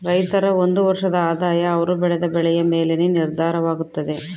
ರೈತರ ಒಂದು ವರ್ಷದ ಆದಾಯ ಅವರು ಬೆಳೆದ ಬೆಳೆಯ ಮೇಲೆನೇ ನಿರ್ಧಾರವಾಗುತ್ತದೆ